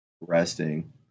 resting